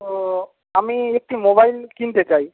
ও আমি একটি মোবাইল কিনতে চাই